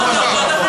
נכון.